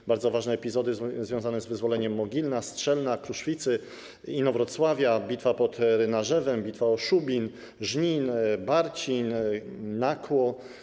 To bardzo ważne epizody związane z wyzwoleniem Mogilna, Strzelna, Kruszwicy, Inowrocławia, bitwa pod Rynarzewem, bitwa o Szubin, Żnin, Barcin, Nakło.